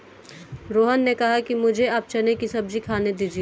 रोहन ने कहा कि मुझें आप चने की सब्जी खाने दीजिए